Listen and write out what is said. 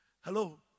Hello